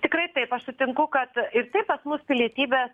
tikrai taip aš sutinku kad ir taip pas mus pilietybės